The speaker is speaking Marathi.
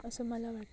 असं मला वाटतं